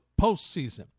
postseason